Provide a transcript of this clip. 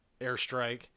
airstrike